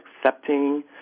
accepting